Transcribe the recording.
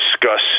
discuss